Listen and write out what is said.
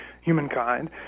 humankind